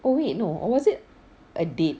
oh wait no or was it a date